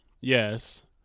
Yes